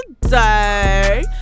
today